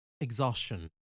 Exhaustion